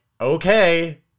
okay